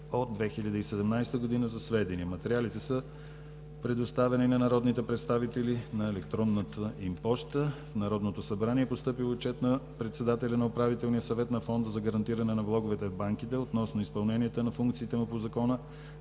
от 2017 г., за сведение. Материалите са предоставени на народните представители на електронната им поща. В Народното събрание е постъпил Отчет на председателя на Управителния съвет на Фонда за гарантиране на влоговете в банките относно изпълненията на функциите му по Закона